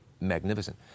magnificent